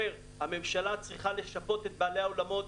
הממשלה צריכה לשפות את בעלי האולמות,